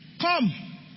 come